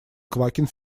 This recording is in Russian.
квакин